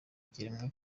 kiremwa